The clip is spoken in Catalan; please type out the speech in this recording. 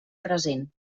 present